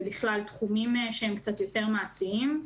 ובכלל תחומים שהם קצת יותר מעשיים,